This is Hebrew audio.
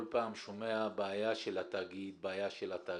אני כל פעם שומע בעיה של התאגיד, בעיה של התאגיד.